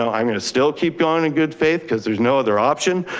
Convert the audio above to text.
um i'm gonna still keep going and good faith cause there's no other option.